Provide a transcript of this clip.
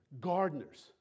gardeners